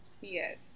Yes